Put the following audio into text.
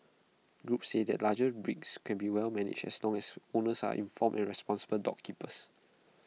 groups say that larger breeds can be well managed as long as owners are informed and responsible dog keepers